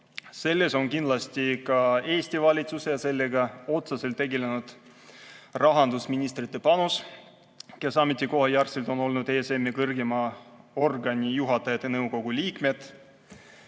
Selles on kindlasti ka Eesti valitsuse ja sellega otseselt tegelenud rahandusministrite panus, kes ametikoha järgi on olnud ESM-i kõrgeima organi juhatajate nõukogu liikmed.2014.